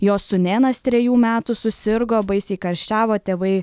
jos sūnėnas trejų metų susirgo baisiai karščiavo tėvai